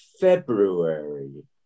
February